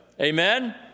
Amen